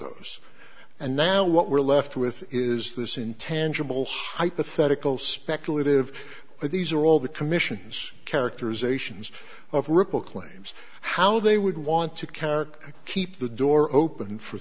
those and now what we're left with is this intangible hypothetical speculative but these are all the commissions characterizations of ripple claims how they would want to count keep the door open for